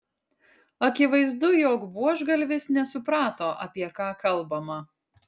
akivaizdu jog buožgalvis nesuprato apie ką kalbama